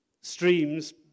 streams